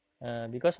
mm